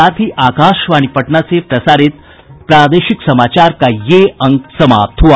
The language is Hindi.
इसके साथ ही आकाशवाणी पटना से प्रसारित प्रादेशिक समाचार का ये अंक समाप्त हुआ